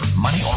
money